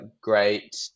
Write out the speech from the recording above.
great